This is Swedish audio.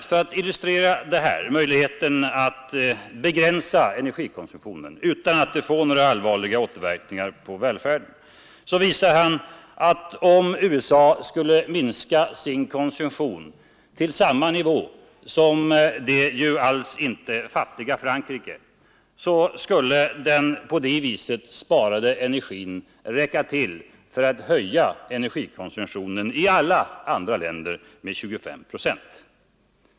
För att illustrera möjligheten att begränsa energikonsumtionen utan att det får några allvarliga återverkningar på välfärden visar Lovins att om USA skulle minska sin konsumtion till samma nivå som det alls inte fattiga Frankrike så skulle den på det viset sparade energin räcka till för att höja energikonsumtionen i alla andra länder med 25 procent.